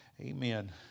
Amen